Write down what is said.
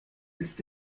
ist